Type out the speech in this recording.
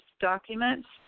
documents